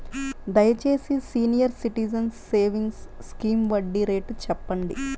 దయచేసి senior citizens savings scheme వడ్డీ rate చెప్పండి